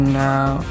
now